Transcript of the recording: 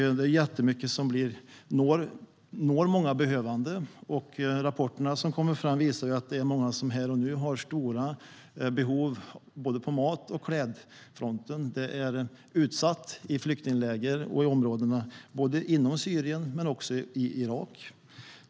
Det är jättemycket som når många behövande. Rapporterna som kommer fram visar att det är många som här och nu har stora behov på både mat och klädfronten. Det är en utsatt situation i flyktingläger och i områden både inom Syrien och i Irak.